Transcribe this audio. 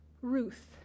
Ruth